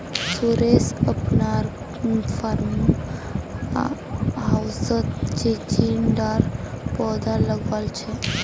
सुरेश अपनार फार्म हाउसत चिचिण्डार पौधा लगाल छ